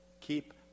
Keep